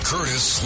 Curtis